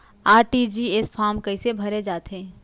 RTGS form कइसे भरे जाथे?